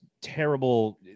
terrible